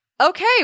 okay